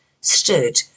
stood